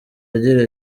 agira